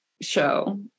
show